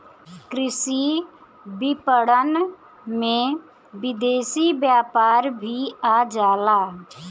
कृषि विपणन में विदेशी व्यापार भी आ जाला